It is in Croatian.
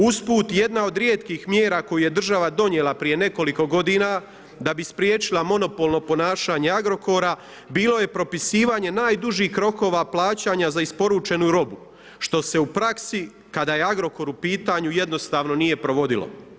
Uz put, jedna od rijetkih mjera koju je država donijela prije nekoliko godina da bi spriječila monopolno ponašanje Agrokora bilo je propisivanje najdužih rokova plaćanja za isporučenu robu, što se u praksi, kada je Agrokor u pitanju jednostavno nije provodilo.